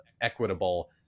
equitable